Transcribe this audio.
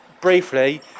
briefly